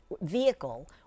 vehicle